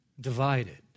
divided